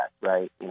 right